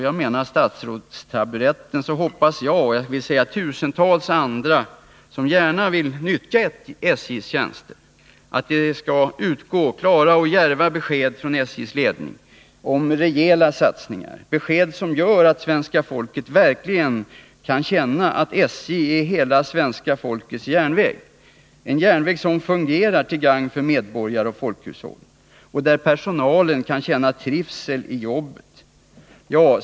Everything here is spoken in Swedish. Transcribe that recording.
Jag och tusentals andra, som gärna vill nyttja SJ:s tjänster, hoppas att det skall utgå klara och djärva besked från SJ:s ledning om rejäla satsningar, besked som gör att svenska folket verkligen kan känna att SJ är hela svenska folkets järnväg, en järnväg som fungerar till gagn för medborgare och folkhushåll, en järnväg där personalen kan känna trivsel i jobbet.